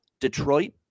Detroit